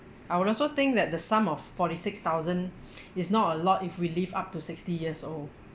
I would also think that the sum of forty six thousand is not a lot if we live up to sixty years old